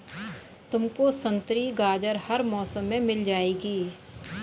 तुमको संतरी गाजर हर मौसम में मिल जाएगी